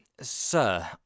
Sir